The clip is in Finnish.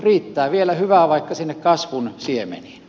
riittää vielä hyvää vaikka sinne kasvun siemeniin